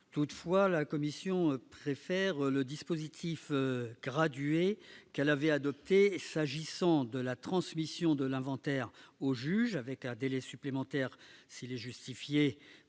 Toutefois, la commission préfère le dispositif gradué qu'elle a adopté s'agissant de la transmission de l'inventaire au juge, avec un délai supplémentaire, si celui-ci est justifié,